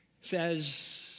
says